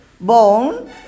bone